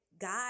God